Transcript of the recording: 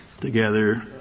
together